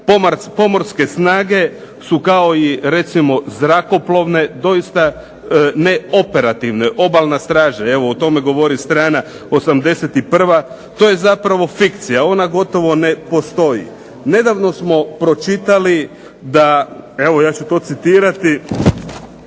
Pomorske snage su kao recimo zrakoplovne doista ne operativne, Obalna straža. O tome govori strana 81. to je zapravo fikcija, ona zapravo ne postoji. Nedavno smo pročitali da evo ja ću to citirati: